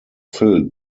filled